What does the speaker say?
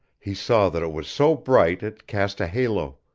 he saw that it was so bright it cast a halo,